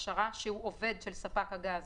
עובד של ספק הגז